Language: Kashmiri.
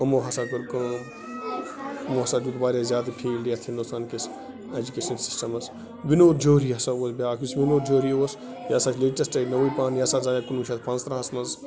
یِمو ہَسا کٔر کٲم یِمو ہَسا دیُت واریاہ زیادٕ فیٖلڈ یَتھ ہِندوستان کِس ایٚجوکیشَن سِسٹمَس وِنود جوری ہَسا اوس بیٛاکھ یُس وِنود جوری اوس یہِ ہَسا لیٹَسٹٕے نوٚوٕے پہن یہِ ہسا زایاو کُنوُہ شَتھ پانٛژٕترٛہَس منٛز